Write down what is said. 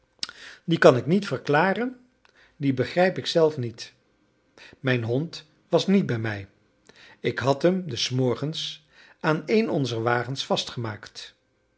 die kan ik niet verklaren die begrijp ik zelf niet mijn hond was niet bij mij ik had hem des morgens aan een onzer wagens vastgemaakt